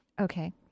okay